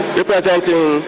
representing